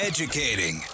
Educating